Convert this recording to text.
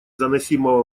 заносимого